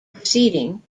proceeding